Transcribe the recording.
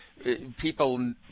people